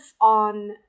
on